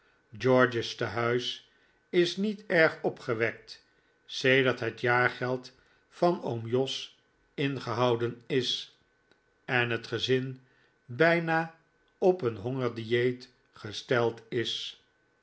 george's tehuis is niet erg opgewekt sedert het jaargeld van oom jos ingehouden is en het gezin bijna op een hongerdieet gesteld is